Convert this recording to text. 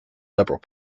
liberal